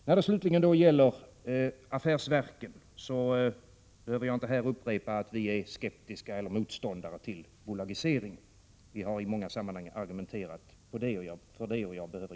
När det gäller affärsverken behöver jag inte här upprepa att vi är skeptiska motståndare till bolagisering — vi har fört fram våra argument i många sammanhang.